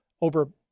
over